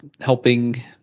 helping